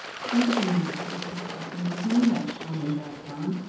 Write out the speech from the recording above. please your majesty, said the captain, we hanged that strolling vagabond,